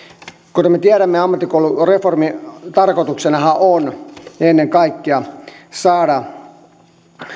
kuten me tiedämme ammattikoulureformin tarkoituksenahan on on ennen kaikkea saada